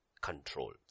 control